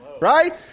Right